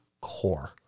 core